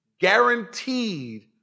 guaranteed